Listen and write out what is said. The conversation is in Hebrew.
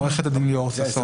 ליאור,